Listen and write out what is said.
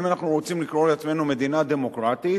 אם אנחנו רוצים לקרוא לעצמנו מדינה דמוקרטית,